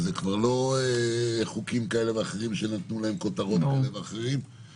אז זה כבר לא חוקים כאלה ואחרים שנתנו להם כותרות כאלה ואחרות?